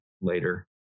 later